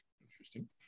Interesting